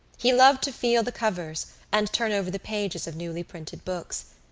he loved to feel the covers and turn over the pages of newly printed books.